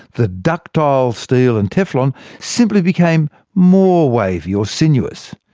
the ductile steel and teflon simply became more wavy or sinuous.